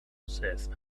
says